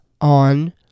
on